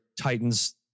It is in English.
Titans